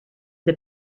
the